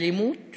שאלימות